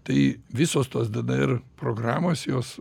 tai visos tos dnr programos jos